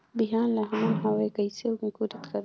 बिहान ला हमन हवे कइसे अंकुरित करबो?